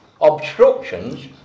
obstructions